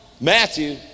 Matthew